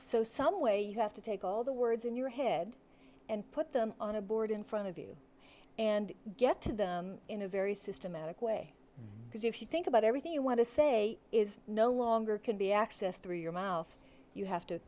so some way you have to take all the words in your head and put them on a board in front of you and get to them in a very systematic way because if you think about everything you want to say is no longer can be accessed through your mouth you have to